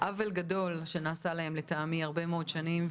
עוול גדול נעשה להם לדעתי במשך הרבה מאוד שנים.